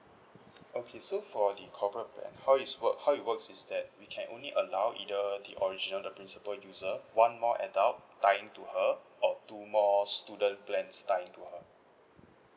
okay so for the corporate plan how it's work how it works is that we can only allow either the original the principal user one more adult tie in to her or two more student plans tie in to her